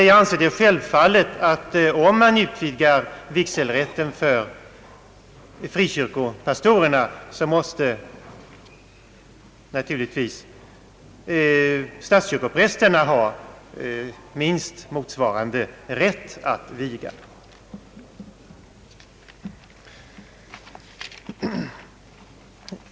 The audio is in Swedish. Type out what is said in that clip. Jag anser dock självfallet att man, om man utvidgar vigselrätten för frikyrkopastorerna, också måste ge statskyrkoprästerna minst motsvarande rätt att viga.